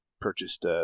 purchased